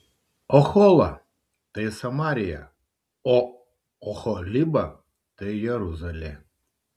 ohola tai samarija o oholiba tai jeruzalė